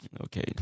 okay